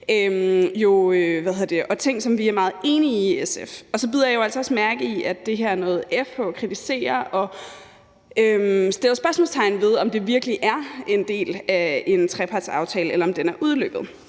og ting, som vi er meget enige i SF. Og så bider jeg jo altså også mærke i, at det her er noget, FH kritiserer og sætter spørgsmålstegn ved, altså om det virkelig er en del af en trepartsaftale, eller om den er udløbet.